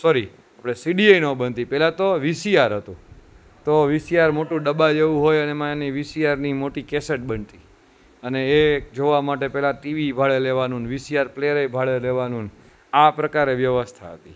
sorry આપણે CD એ ન બનતી પહેલા તો વીસીઆર હતું તો વીસીઆર મોટું ડબ્બા જેવું હોય અને એમાં વીસીઆરની મોટી કેસેટ બનતી અને એક જોવા માટે ટીવી ભાડે લેવાનું વીસીઆર પ્લેયરેય ભાડે લેવાનું ન આ પ્રકારે વ્યવસ્થા હતી